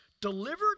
delivered